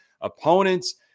Opponents